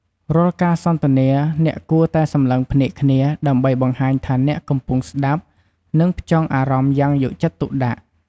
រាល់ការសន្ទនាអ្នកគួរតែសម្លឹងភ្នែកគ្នា ដើម្បីបង្ហាញថាអ្នកកំពុងស្តាប់ និងផ្ចង់អារម្មណ៌យ៉ាងយកចិត្តទុកដាក់។